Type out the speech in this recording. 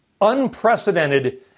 unprecedented